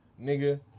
nigga